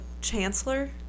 Chancellor